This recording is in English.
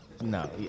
no